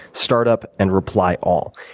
startup, and reply all.